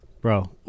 bro